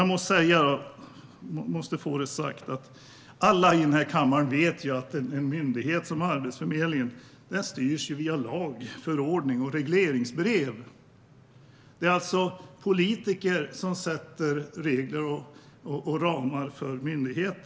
Jag måste få säga följande: Alla i denna kammare vet att en myndighet som Arbetsförmedlingen styrs via lag, förordning och regleringsbrev. Det är alltså politiker som sätter regler och ramar för en myndighet.